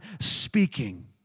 speaking